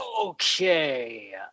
Okay